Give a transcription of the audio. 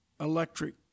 electric